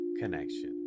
connection